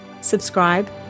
subscribe